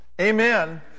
amen